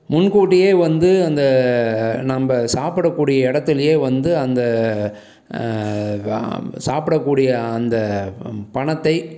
முன்கூட்டியே வந்து அந்த நம்ப சாப்பிடக்கூடிய இடத்துலையே வந்து அந்த வ சாப்பிடக்கூடிய அந்த பணத்தை